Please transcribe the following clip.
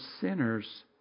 sinners